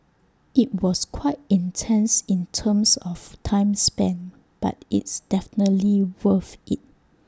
IT was quite intense in terms of time spent but it's definitely worth IT